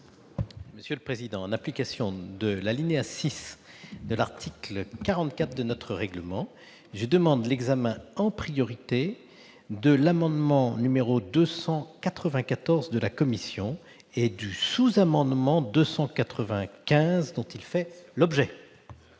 Monsieur le président, en application de l'article 44, alinéa 6, de notre règlement, je demande l'examen en priorité de l'amendement n° 294 de la commission et du sous-amendement n° 295 dont il fait l'objet.